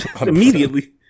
Immediately